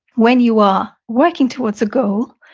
when you are working towards a goal,